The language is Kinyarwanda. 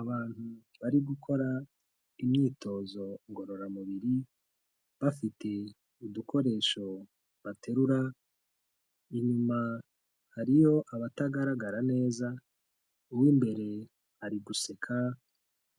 Abantu bari gukora imyitozo ngororamubiri, bafite udukoresho baterura, inyuma hariyo abatagaragara neza, uw'imbere ari guseka